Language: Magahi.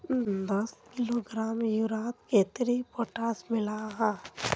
दस किलोग्राम यूरियात कतेरी पोटास मिला हाँ?